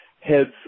heads